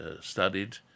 studied